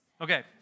Okay